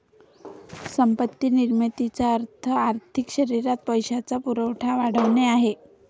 संपत्ती निर्मितीचा अर्थ आर्थिक शरीरात पैशाचा पुरवठा वाढवणे आहे